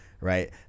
right